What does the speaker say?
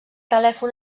telèfon